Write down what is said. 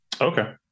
okay